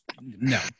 No